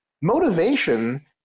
Motivation